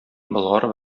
болгар